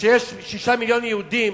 6 מיליוני יהודים,